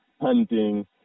hunting